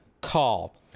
call